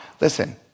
listen